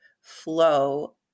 flow